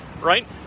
right